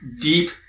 deep